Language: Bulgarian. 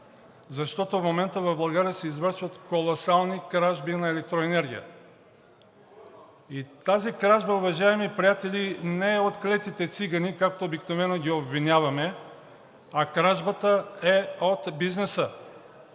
защото в момента в България се извършват колосални кражби на електроенергия. И тази кражба, уважаеми приятели, не е от клетите цигани, както обикновено ги обвиняваме, а кражбата е от бизнеса.